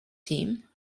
team